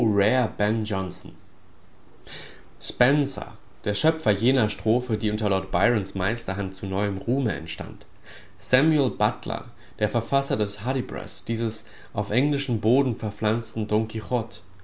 spenser der schöpfer jener strophe die unter lord byrons meisterhand zu neuem ruhme erstand samuel butler der verfasser des hudibras dieses auf englischen boden verpflanzten